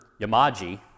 Yamaji